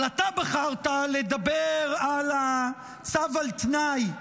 אבל אתה בחרת לדבר על הצו על תנאי,